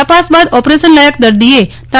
તપાસ બાદ ઓપરેશન લાયક દર્દીએ તા